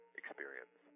experience